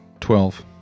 Twelve